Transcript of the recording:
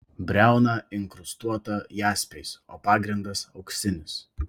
briauna inkrustuota jaspiais o pagrindas auksinis